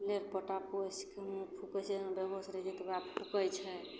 लेर पोटा पोछिके मुँह फुकै छै जे बेहोश रहै छै तऽ ओकरा फुकै छै